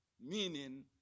meaning